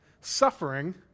suffering